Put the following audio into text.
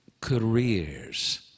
careers